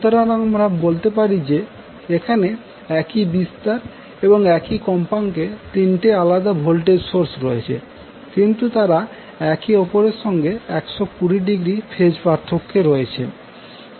সুতরাং আমরা বলতে পারি যে এখানে একই বিস্তার এবং একই কম্পাঙ্কের তিনটি আলাদা ভোল্টেজ সোর্স রয়েছে কিন্তু তারা একে অপরের সঙ্গে 120০ ফেজ পার্থক্যে রয়েছে